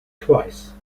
twice